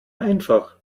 einfach